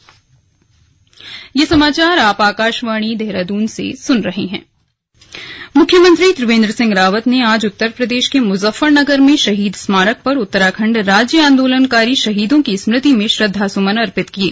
slug शहीद स्मारक मुख्यमंत्री त्रिवेन्द्र सिंह रावत ने आज उत्तर प्रदेश के मुजफ्फरनगर में शहीद स्मारक पर उत्तराखण्ड राज्य आन्दोलकारी शहीदों की स्मृति में श्रद्धासुमन अर्पित किये